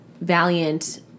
valiant